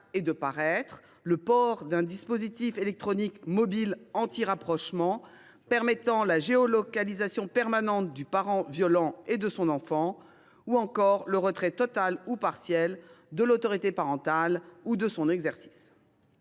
et de paraître, le port d’un dispositif électronique mobile antirapprochement permettant la géolocalisation permanente du parent violent et de son enfant, ou encore le retrait total ou partiel de l’autorité parentale ou de l’exercice